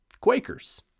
Quakers